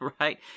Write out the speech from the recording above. right